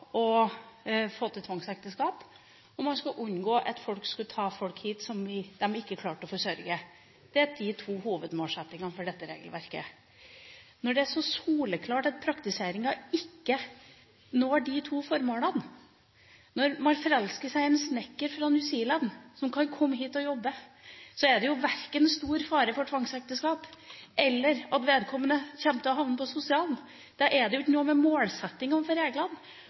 tvangsekteskap, og man skulle unngå at folk skulle ta hit personer som de ikke klarte å forsørge. Det er de to hovedmålsettingene for dette regelverket. Når det er så soleklart at praktiseringa ikke når de to målene – når man forelsker seg i en snekker fra New Zealand, som kan komme hit og jobbe, er det verken stor fare for tvangsekteskap eller for at vedkommende kommer til å havne på sosialen – handler det ikke om målsettingene for reglene.